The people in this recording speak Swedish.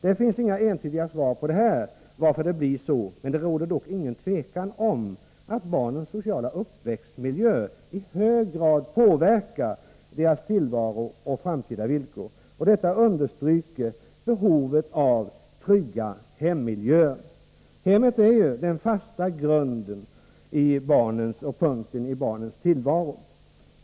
Det finns inga entydiga svar på frågorna om varför det blir så här, men det råder inget tvivel om att barnens sociala uppväxtmiljö i hög grad påverkar deras tillvaro och framtida villkor. Detta understryker behovet av att barnen får trygga hemmiljöer. Hemmet är ju den fasta punkten i barnens tillvaro.